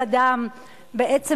קבע.